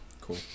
Cool